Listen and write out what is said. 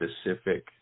specific